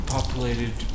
Populated